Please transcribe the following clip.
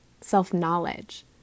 self-knowledge